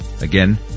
Again